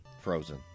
Frozen